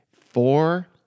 Four